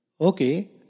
Okay